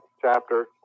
chapter